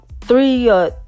three